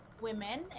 women